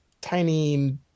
tiny